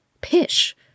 Pish